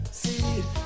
see